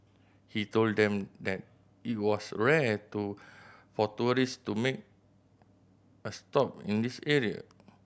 he told them that it was rare to for tourist to make a stop in this area